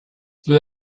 peu